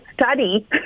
study